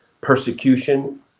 persecution